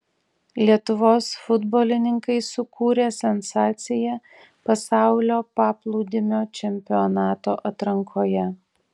lietuvos futbolininkai sukūrė sensaciją pasaulio paplūdimio čempionato atrankoje